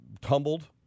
tumbled